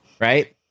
right